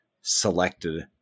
selected